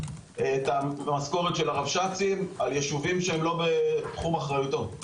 את המשכורת של הרבש"צים על יישובים שהם לא בתחום אחריותו.